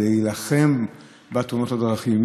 כדי להילחם בתאונות הדרכים.